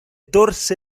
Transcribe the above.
torse